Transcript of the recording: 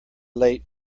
late